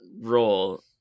role